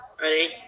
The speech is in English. Ready